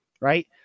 right